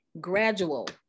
gradual